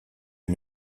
des